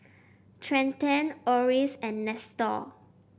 Trenten Orris and Nestor